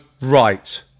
right